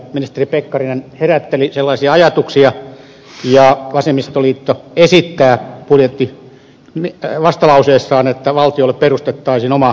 ministeri pekkarinen herätteli sellaisia ajatuksia ja vasemmistoliitto esittää vastalauseessaan että valtiolle perustettaisiin oma kaivosyhtiö